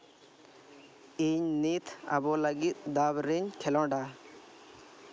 ᱤᱧ ᱱᱤᱛ ᱟᱵᱚ ᱞᱟᱹᱜᱤᱫ ᱫᱟᱵᱽᱨᱤᱧ ᱠᱷᱮᱸᱞᱳᱰᱟ